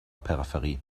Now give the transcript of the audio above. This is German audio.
peripherie